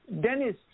Dennis